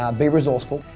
ah be resourceful.